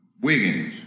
Wiggins